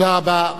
תודה רבה.